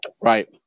Right